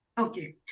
okay